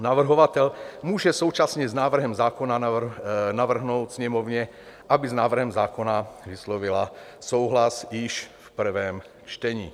Navrhovatel může současně s návrhem zákona navrhnout Sněmovně, aby s návrhem zákona vyslovila souhlas již v prvém čtení.